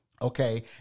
Okay